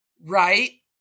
Right